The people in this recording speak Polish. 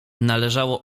należało